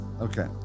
Okay